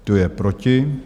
Kdo je proti?